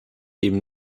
eben